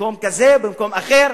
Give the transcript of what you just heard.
במקום כזה, במקום אחר,